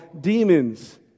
demons